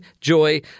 Joy